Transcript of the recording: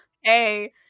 hey